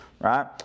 right